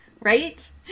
Right